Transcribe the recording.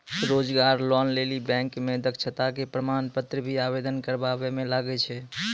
रोजगार लोन लेली बैंक मे दक्षता के प्रमाण पत्र भी आवेदन करबाबै मे लागै छै?